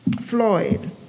Floyd